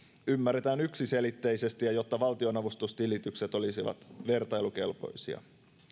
ymmärretään yksiselitteisesti ja jotta valtionavustustilitykset olisivat vertailukelpoisia